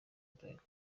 bralirwa